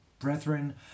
Brethren